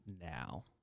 now